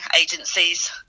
agencies